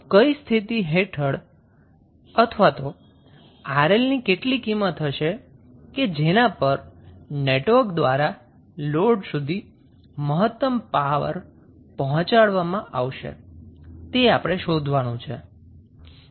તો કઈ સ્થિતિ હેઠળ અથવા તો 𝑅𝐿 ની કેટલી કિંમત હશે કે જેના પર નેટવર્ક દ્વારા લોડ સુધી મહત્તમ પાવર પહોંચાડવામાં આવશે તે આપણે શોધવાનું છે